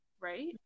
right